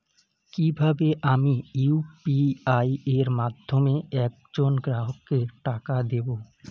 কিভাবে আমি ইউ.পি.আই এর মাধ্যমে এক জন গ্রাহককে টাকা দেবো?